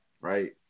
right